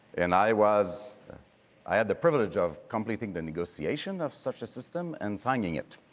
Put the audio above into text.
and i was i had the privilege of completing the negotiations of such a system and signing it.